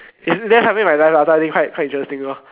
that's happening in my life lah so I think quite quite interesting lor